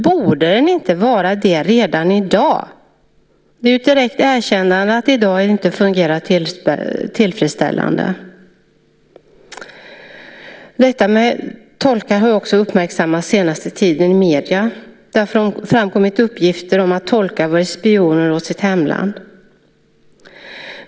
Borde den inte vara det redan i dag? Det är ju ett direkt erkännande att det i dag inte fungerar tillfredsställande. Detta med tolkar har också uppmärksammats den senaste tiden i medierna. Det har framkommit uppgifter om att tolkar varit spioner åt sitt hemland.